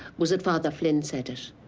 was it father flynn setish?